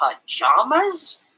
Pajamas